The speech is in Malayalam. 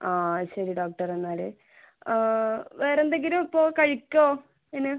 ആ ശരി ഡോക്ടർ എന്നാൽ വേറെ എന്തെങ്കിലും ഇപ്പോൾ കഴിക്കാമോ പിന്നെ